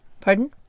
Pardon